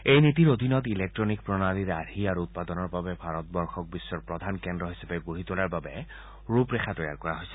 এই নীতিৰ অধীনত ইলেকট্নিক প্ৰণালীৰ আৰ্হি আৰু উৎপাদনৰ বাবে ভাৰতক বিশ্বৰ প্ৰধান কেন্দ্ৰ হিচাপে গঢ়ি তোলাৰ ৰূপৰেখা তৈয়াৰ কৰা হৈছে